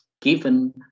given